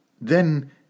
Then